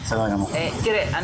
תראה,